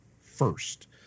first